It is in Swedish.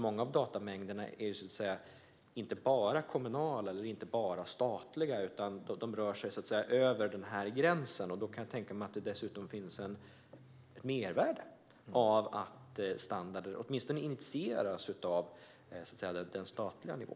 Många av datamängderna är inte enbart kommunala eller enbart statliga utan rör sig så att säga över gränsen, och då kan jag tänka mig att det finns ett mervärde i att standarder åtminstone initieras på statlig nivå.